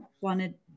wanted